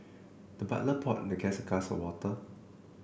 the butler poured the guest a glass of water